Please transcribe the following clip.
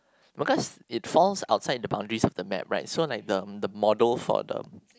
because it falls outside the boundaries of the map right so like the the model for the